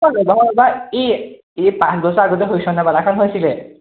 এই এই পাঁচ বছৰ আগতে হৰিচন্দ্ৰ পালাখন হৈছিলে